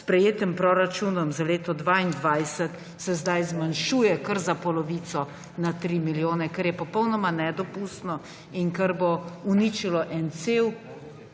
s sprejetim proračunom za leto 2022, se zdaj zmanjšuje sredstva kar za polovico, to je na 3 milijone, kar je popolnoma nedopustno in bo uničilo en cel